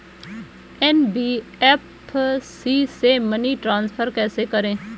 NBFC से money transfer कैसे करें?